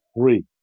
three